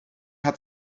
hat